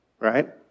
right